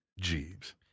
Jeeves